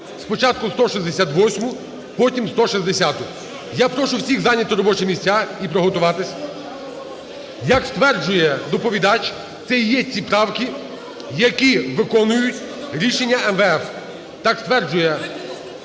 спочатку 168-у, потім 160-у. Я прошу всіх зайняти робочі місця і приготуватися. Як стверджує доповідач, це і є ці правки, які виконують рішення МВФ, так стверджує.